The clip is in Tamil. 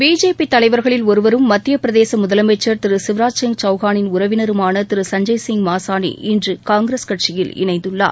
பிஜேபி தலைவர்களில் ஒருவரும் மத்திய பிரதேச மாநில முதலமைச்சர் திரு சிவ்ராஜ் சிங் சவுகானின் உறவினருமான திரு சஞ்சய் சிங் மாசாணி இன்று காங்கிரஸ் கட்சியில் இணைந்துள்ளார்